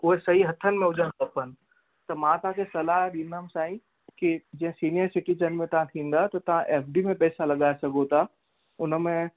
उहे सई हथनि में हुजणु खपनि त मां तव्हांखे सलाहु ॾींदुमि साईं की जीअं सीनियर सिटीजन में तव्हां थींदा एफ़ डी में पेसा लॻाए सघो था उन में